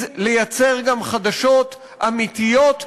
לייצר גם חדשות אמיתיות וביקורתיות,